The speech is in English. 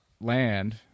land